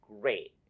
great